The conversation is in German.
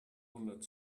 hundert